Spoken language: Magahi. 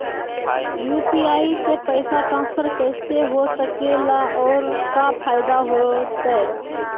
यू.पी.आई से पैसा ट्रांसफर कैसे हो सके ला और का फायदा होएत?